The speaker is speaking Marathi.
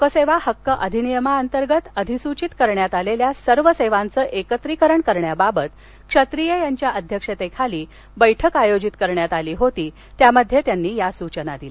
लोकसेवा हक्क अधिनियमांतर्गत अधिसूचित करण्यात आलेल्या सर्व सेवांचे एकत्रीकरण करण्याबाबत क्षत्रिय यांच्या अध्यक्षतेखाली बैठक आयोजित करण्यात आली होती त्यावेळी त्यांनी या सूचना दिल्या